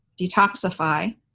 Detoxify